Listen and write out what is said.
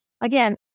again